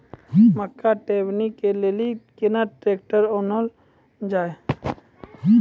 मक्का टेबनी के लेली केना ट्रैक्टर ओनल जाय?